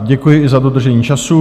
Děkuji i za dodržení času.